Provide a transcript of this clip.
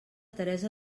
teresa